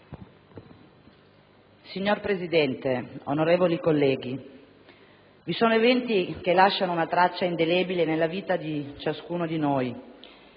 Signor Presidente, onorevoli colleghi, vi sono eventi che lasciano una traccia indelebile nella vita di ciascuno di noi,